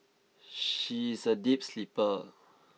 she is a deep sleeper